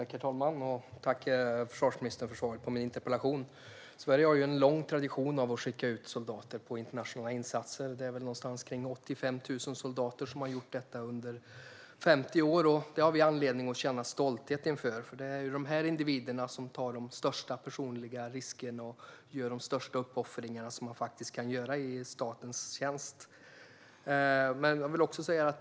Herr talman! Tack, försvarsministern, för svaret på min interpellation! Sverige har en lång tradition av att skicka ut soldater i internationella insatser. Det är någonstans kring 85 000 som har deltagit under 50 år. Det har vi anledning att känna stolthet över, för det är ju de här individerna som tar de största personliga riskerna och gör de största uppoffringar som man faktiskt kan göra i statens tjänst.